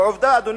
עובדה, אדוני.